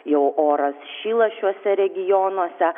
jau oras šyla šiuose regionuose